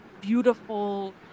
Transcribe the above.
beautiful